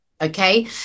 Okay